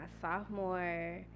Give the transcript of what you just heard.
sophomore